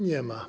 Nie ma.